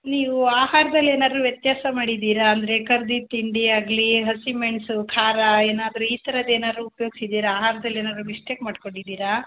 ನೀವು ಆಹಾರ್ದಲ್ಲಿ ಏನಾದರು ವ್ಯತ್ಯಾಸ ಮಾಡಿದ್ದೀರ ಅಂದರೆ ಕರ್ದಿದ್ದು ತಿಂಡಿ ಆಗಲಿ ಹಸಿಮೆಣಸು ಖಾರ ಏನಾದರು ಈ ಥರದ್ ಏನಾರು ಉಪ್ಯೋಗ್ಸಿದ್ದೀರ ಆಹಾರ್ದಲ್ಲಿ ಏನಾರು ಮಿಸ್ಟೇಕ್ ಮಾಡ್ಕೊಂಡಿದ್ದೀರಾ